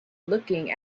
looking